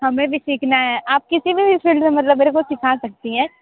हमें भी सीखना हैं आप किसी भी फील्ड में मतलब मेरे को सिखा सकती हैं